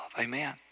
Amen